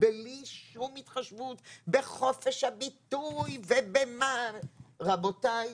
בלי שום התחשבות בחופש הביטוי ובמה רבותיי,